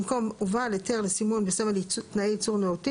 במקום "ובעל היתר לסיון בסמל תנאי ייצור נאותים"